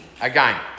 Again